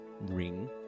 ring